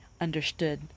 understood